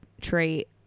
trait